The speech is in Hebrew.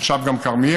עכשיו גם כרמיאל,